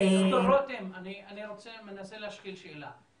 ד"ר רותם, אני מנסה להשחיל שאלה.